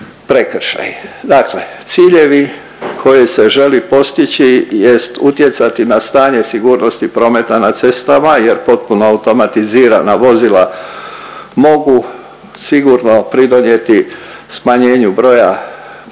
Dakle, ciljevi koje se žele postići jest utjecati na stanje sigurnosti prometa na cestama jer potpuno automatizirana vozila mogu sigurno pridonijeti smanjenju broja prometnih